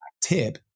tip